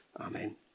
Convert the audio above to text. Amen